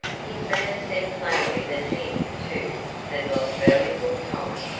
his manner said plainly that he, too, had lost valuable time,